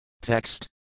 Text